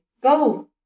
Go